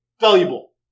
valuable